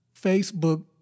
Facebook